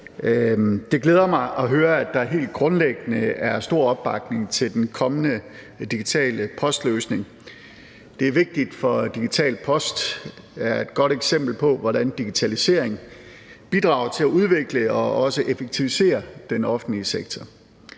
Det glæder mig at høre, at der helt grundlæggende er stor opbakning til den kommende digitale postløsning. Det er vigtigt, for digital post er et godt eksempel på, hvordan digitalisering bidrager til at udvikle og også effektivisere den offentlige sektor.